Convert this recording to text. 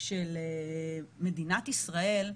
של מדינת ישראל,